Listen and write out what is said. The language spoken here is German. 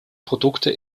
produkte